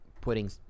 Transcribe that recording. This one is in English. putting